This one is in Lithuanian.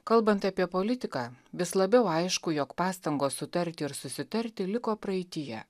kalbant apie politiką vis labiau aišku jog pastangos sutarti ir susitarti liko praeityje